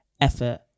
effort